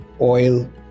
oil